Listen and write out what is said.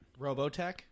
Robotech